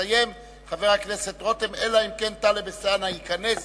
יסיים חבר הכנסת רותם, אלא אם כן טלב אלסאנע ייכנס